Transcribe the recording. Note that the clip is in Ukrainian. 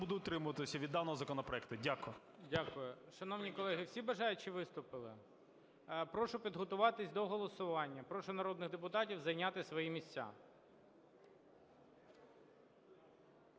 буде утримуватися від даного законопроекту. Дякую. ГОЛОВУЮЧИЙ. Дякую. Шановні колеги, всі бажаючі виступили? Прошу підготуватись до голосування. Прошу народних депутатів зайняти свої місця.